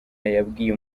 yabwiye